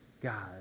God